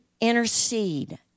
intercede